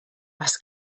was